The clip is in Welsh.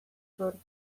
ffwrdd